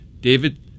David